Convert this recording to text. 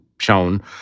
shown